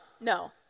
No